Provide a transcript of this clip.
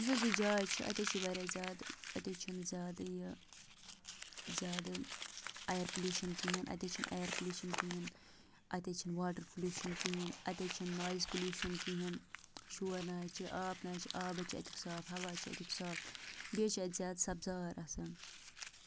یُس حظ یہِ جاے چھِ اَتہِ حظ چھِ واریاہ زیادٕ اَتہِ حظ چھِنہٕ زیادٕ یہِ زیادٕ اَیر پولیوٗشَن کِہیٖنۍ اَتہِ حظ چھِنہٕ اَیَر پلیوٗشَن کِہیٖنۍ اَتہِ حظ چھِنہٕ واٹَر پولیوٗشَن کِہیٖنۍ اَتہِ حظ چھِنہٕ نویِز پولیوٗشَن کِہیٖنۍ شور نَہ حظ چھِ آب نہٕ حظ چھِ آب چھِ اَتیُک صاف ہَوا چھُ اَتیُک صاف بیٚیہِ حظ چھِ اَتہِ زیادٕ سَبزار آسان